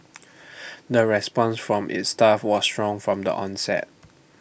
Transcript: the response from its staff was strong from the onset